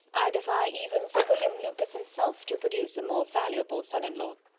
i defy even sir william lucas himself to produce a more valuable son-in-law.